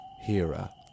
Hera